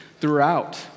throughout